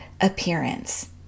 appearance